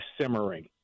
simmering